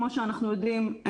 כמו שאנחנו יודעים,